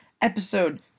episode